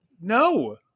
No